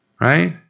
Right